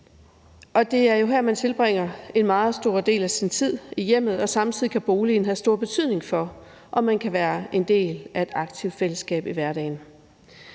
i hjemmet, man tilbringer en meget stor del af sin tid, og samtidig kan boligen have stor betydning for, om man kan være en del af et aktivt fællesskab i hverdagen.